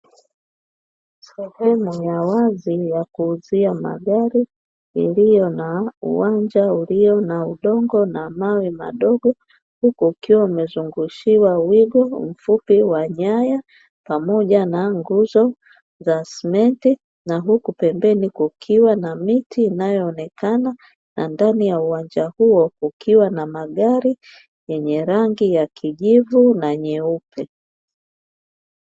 Sehemu ya wazi ya kuuzia magari iliyo na uwanja ulio na udongo na mawe madogo, huku ukiwa umezungushiwa wigo mfupi wa nyaya, pamoja na nguzo za simenti, na huku pembeni kukiwa na miti inayoonekana, na ndani ya uwanja huo kukiwa na magari yenye rangi ya kijivu na nyeupe.